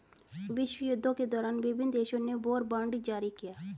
विश्वयुद्धों के दौरान विभिन्न देशों ने वॉर बॉन्ड जारी किया